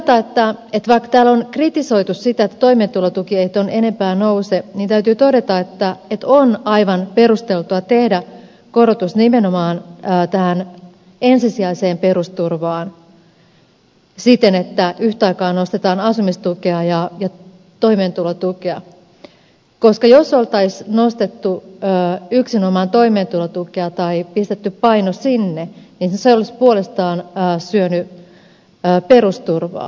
ja vaikka täällä on kritisoitu sitä että toimeentulotuki ei tuon enempää nouse niin täytyy todeta että on aivan perusteltua tehdä korotus nimenomaan tähän ensisijaiseen perusturvaan siten että yhtä aikaa nostetaan asumistukea ja toimeentulotukea koska jos olisi nostettu yksinomaan toimeentulotukea tai pistetty paino sinne niin se olisi puolestaan syönyt perusturvaa